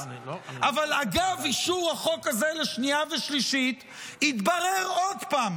אבל אגב אישור החוק הזה לשנייה ושלישית התברר עוד פעם